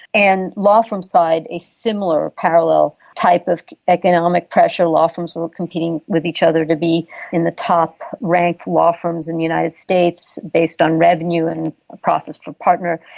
and law firms' side, a similar parallel type of economic pressure, law firms were competing with each other to be in the top ranked law firms in the united states based on revenue and profits per partner,